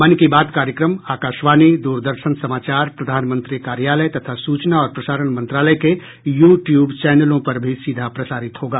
मन की बात कार्यक्रम आकाशवाणी दूरदर्शन समाचार प्रधानमंत्री कार्यालय तथा सूचना और प्रसारण मंत्रालय के यूट्यूब चैनलों पर भी सीधा प्रसारित होगा